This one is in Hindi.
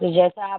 फिर जैसा आप